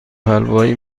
حلوایی